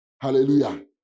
Hallelujah